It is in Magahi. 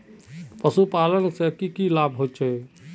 पशुपालन से की की लाभ होचे?